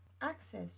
access